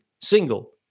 single